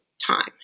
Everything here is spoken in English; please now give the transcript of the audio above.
time